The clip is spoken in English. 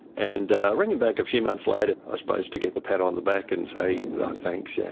and rang him back a few months later, i suppose to get the pat on the back and say thanks,